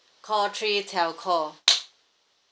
call three telco